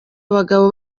abagabo